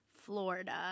Florida